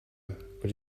but